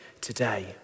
today